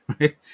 right